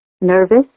Nervous